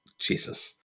Jesus